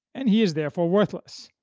and he is therefore worthless.